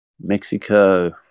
Mexico